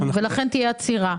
ולכן תהיה עצירה.